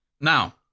Now